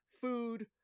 food